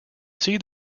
see